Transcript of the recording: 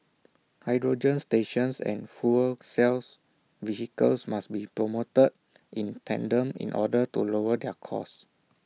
hydrogen stations and fuel cell vehicles must be promoted in tandem in order to lower their cost